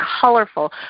colorful